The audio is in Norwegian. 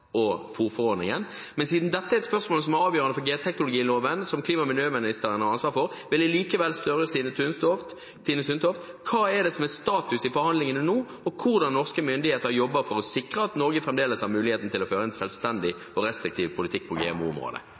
og fôrforordningen, men siden dette er et spørsmål som er avgjørende for genteknologiloven, som klima- og miljøministeren har ansvar for, vil jeg likevel spørre Tine Sundtoft: Hva er status i forhandlingene nå, og hvordan jobber norske myndigheter for å sikre at Norge fremdeles har mulighet til å føre en selvstendig og restriktiv politikk på